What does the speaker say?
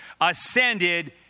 ascended